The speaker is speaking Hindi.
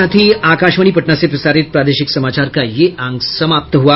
इसके साथ ही आकाशवाणी पटना से प्रसारित प्रादेशिक समाचार का ये अंक समाप्त हुआ